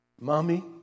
Mommy